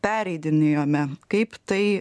pereidinėjome kaip tai